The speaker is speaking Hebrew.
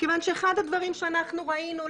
מכיוון שאחד הדברים שאנחנו ראינו,